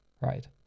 right